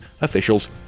officials